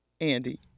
Andy